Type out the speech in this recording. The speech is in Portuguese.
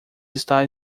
está